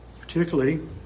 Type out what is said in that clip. Particularly